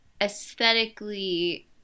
aesthetically